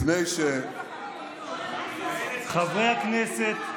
חברי הכנסת,